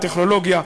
הטכנולוגיה,